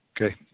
Okay